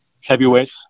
heavyweights